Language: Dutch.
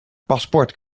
paspoort